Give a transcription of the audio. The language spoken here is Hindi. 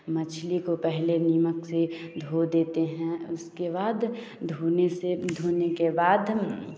मछली को पहले नमक से धो देते हैं उसके बाद धोने से धोने के बाद